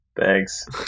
Thanks